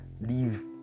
leave